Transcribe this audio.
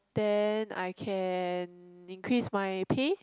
then I can increase my pay